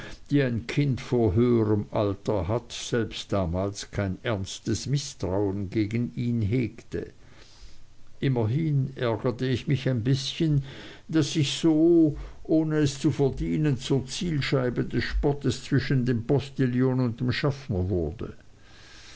die ein kind vor höherem alter hat selbst damals kein ernstes mißtrauen gegen ihn hegte immerhin ärgerte ich mich ein bißchen daß ich so ohne es zu verdienen zur zielscheibe des spottes zwischen dem postillon und dem schaffner wurde